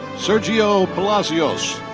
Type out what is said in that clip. sergio palacios.